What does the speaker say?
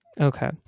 Okay